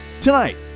tonight